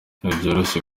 ntibyoroshye